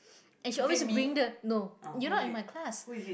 and she always bring the no you not in my class